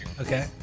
Okay